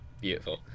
beautiful